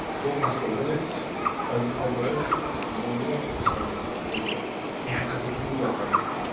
go back over it and convert your testimonials to scientific paper. it has a huge advantage.